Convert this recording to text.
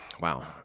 Wow